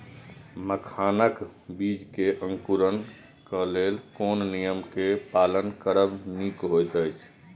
मखानक बीज़ क अंकुरन क लेल कोन नियम क पालन करब निक होयत अछि?